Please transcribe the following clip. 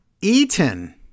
eaten